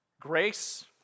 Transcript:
Grace